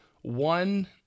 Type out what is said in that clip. One